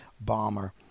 bomber